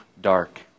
dark